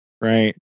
right